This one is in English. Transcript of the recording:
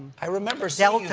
i remember seeing